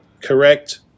Correct